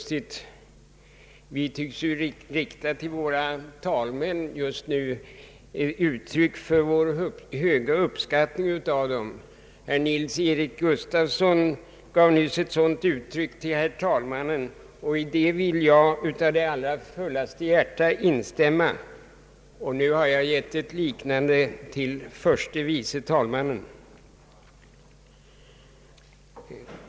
— Vi riktar ju i dag uttryck för vår stora uppskattning till våra talmän. Herr Nils-Eric Gustafsson gav nyss uttryck för denna uppskattning av herr talmannen, och däri vill jag av fullaste hjärta instämma. Nu har jag givit uttryck för en liknande uppskattning av herr förste vice talmannen.